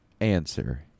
answer